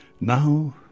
now